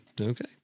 okay